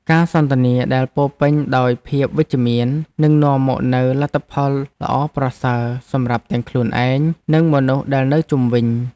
ការសន្ទនាដែលពោរពេញដោយភាពវិជ្ជមាននឹងនាំមកនូវលទ្ធផលល្អប្រសើរសម្រាប់ទាំងខ្លួនឯងនិងមនុស្សដែលនៅជុំវិញ។